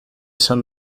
sun